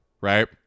right